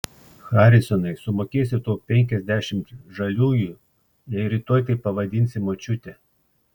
harisonai sumokėsiu tau penkiasdešimt žaliųjų jei rytoj taip pavadinsi močiutę